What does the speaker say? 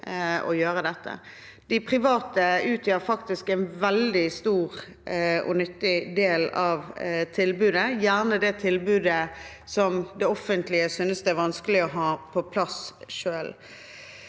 De private utgjør faktisk en veldig stor og nyttig del av tilbudet, gjerne det tilbudet som det offentlige synes det er vanskelig å ha på plass selv.